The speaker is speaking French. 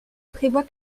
prévoit